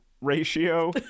ratio